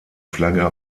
flagge